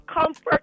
comfort